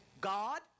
God